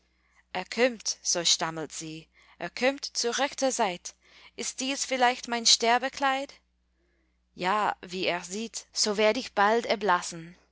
er kömmt so stammelt sie er kömmt zu rechter zeit ist dies vielleicht mein sterbekleid ja wie er sieht so werd ich bald erblassen